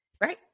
Right